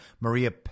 Maria